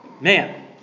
Man